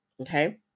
Okay